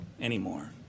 anymore